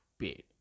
paid